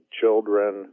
children